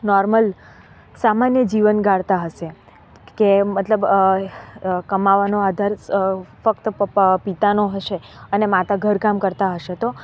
normal સામાન્ય જીવન ગાળતા હશે કે મતલબ કમાવાનો આધાર ફક્ત પપ્પા પિતાનો હશે અને માતા ઘર કામ કરતાં હશે તો